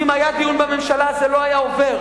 ואם היה דיון בממשלה זה לא היה עובר.